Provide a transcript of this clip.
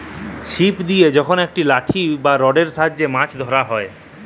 ছিপ দিয়ে যখল একট লাঠি বা রডের সাহায্যে মাছ ধ্যরা হ্যয়